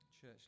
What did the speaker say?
church